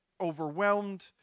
overwhelmed